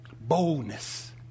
boldness